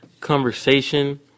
conversation